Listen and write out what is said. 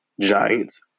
Giants